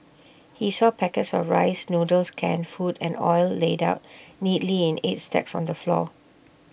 he saw packets of rice noodles canned food and oil laid out neatly in eight stacks on the floor